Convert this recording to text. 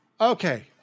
Okay